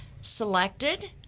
selected